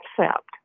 accept